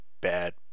bad